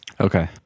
Okay